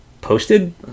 posted